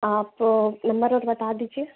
आप बता दीजिए